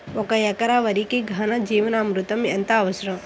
ఒక ఎకరా వరికి ఘన జీవామృతం ఎంత అవసరం?